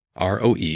ROE